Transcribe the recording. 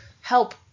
help